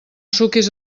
suquis